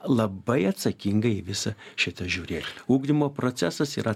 labai atsakingai į visą šitą žiūrėti ugdymo procesas yra